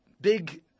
big